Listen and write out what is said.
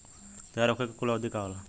तैयार होखे के कूल अवधि का होला?